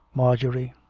marjorie,